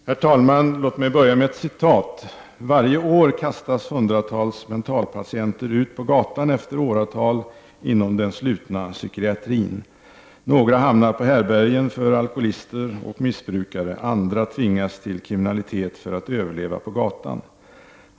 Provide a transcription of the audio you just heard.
Herr talman! Låt mig börja med ett citat. ”Varje år kastas hundratals mentalpatienter ut på gatan efter åratal inom den slutna psykiatrin. Några hamnar på härbärgen för alkoholister och missbrukare. Andra tvingas till kriminalitet för att överleva på gatan.